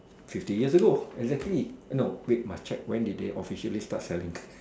fifty years ago exactly no wait must check when did they officially start selling